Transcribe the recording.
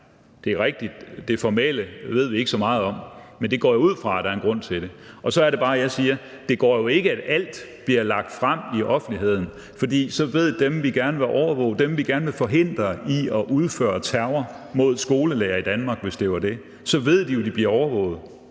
det formelle ved vi ikke så meget om, men jeg går ud fra, at der er en grund til det. Så er det bare, jeg siger: Det går jo ikke, at alt bliver lagt frem i offentligheden, for så ved dem, vi gerne vil overvåge, dem, vi gerne vil forhindre i f.eks. at udføre terror mod skolelærere i Danmark, at de bliver overvåget.